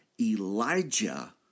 Elijah